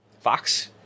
Fox